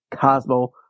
Cosmo